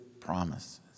promises